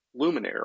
luminaire